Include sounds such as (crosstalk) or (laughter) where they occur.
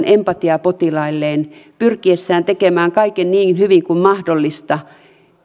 (unintelligible) empatiaa potilailleen pyrkiessään tekemään kaiken niin hyvin kuin mahdollista